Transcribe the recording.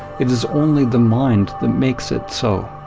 it is only the mind that makes it so.